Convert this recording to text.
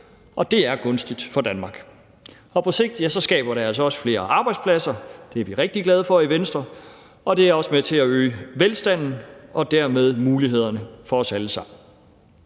og det er gunstigt for Danmark. Og på sigt skaber det altså også flere arbejdspladser – det er vi rigtig glade for i Venstre – og det er også med til at øge velstanden og dermed mulighederne for os alle sammen.